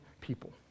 people